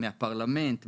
מהפרלמנט,